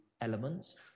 elements